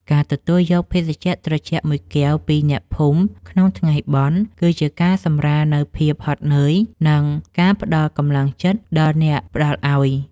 ការទទួលយកភេសជ្ជៈត្រជាក់មួយកែវពីអ្នកភូមិក្នុងថ្ងៃបុណ្យ គឺជាការសម្រាលនូវភាពហត់នឿយ និងជាការផ្តល់កម្លាំងចិត្តដល់អ្នកផ្តល់ឱ្យ។